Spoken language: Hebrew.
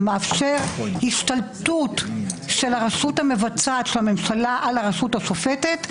ומאפשר השתלות של הרשות המבצעת של הממשלה על הרשות השופטת.